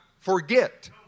Forget